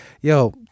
yo